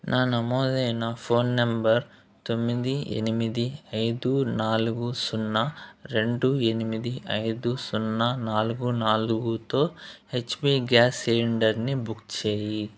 నా నమోదైన phone number తొమ్మిది ఎనిమిది ఐదు నాలుగు సున్నా రెండు ఎనిమిది ఐదు సున్నా నాలుగు నాలుగుతో హెచ్పి గ్యాస్ సిలిండర్ని బుక్ చేయి